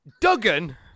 Duggan